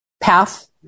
path